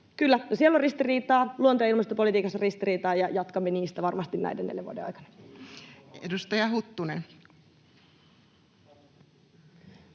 Kyllä, siellä on ristiriitaa. Luonto- ja ilmastopolitiikassa on ristiriitaa. Jatkamme niistä varmasti näiden neljän vuoden aikana. [Speech